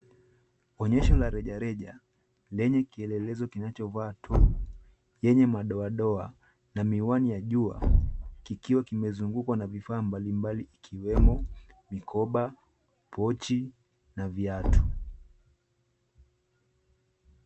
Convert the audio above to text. Onyesho la rejareja lenye kielelezo kinachovaa top yenye madoadoa na miwani ya jua kikiwa kimezungukwa na vifaa mbalimbali ikiwemo mikoba, pochi na viatu.